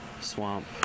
Swamp